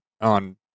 on